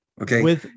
Okay